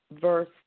verse